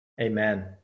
Amen